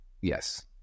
Yes